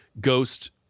ghost